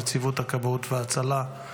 נציבות הכבאות וההצלה,